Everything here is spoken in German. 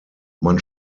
man